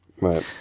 Right